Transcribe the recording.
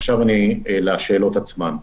עכשיו לשאלות עצמן.